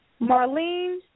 Marlene